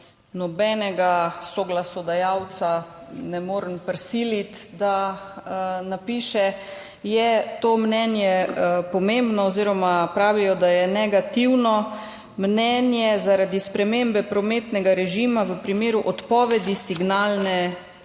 nobenega soglasodajalca ne morem prisiliti, da napiše, to mnenje je pomembno oziroma pravijo, da je negativno mnenje zaradi spremembe prometnega režima v primeru odpovedi signalne naprave.